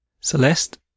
Celeste